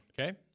Okay